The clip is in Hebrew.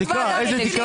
זאת ועדה רצינית,